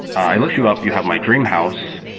i looked you up, you have my dream house,